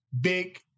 big